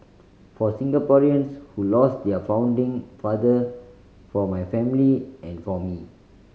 for Singaporeans who lost their founding father for my family and for me